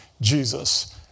Jesus